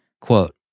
Quote